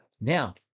Now